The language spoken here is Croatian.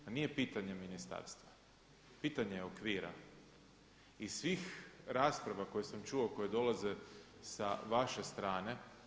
Pa nije pitanje ministarstva, pitanje je okvira i svih rasprava koje sam čuo koje dolaze sa vaše strane.